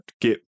get